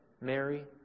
Mary